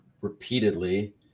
repeatedly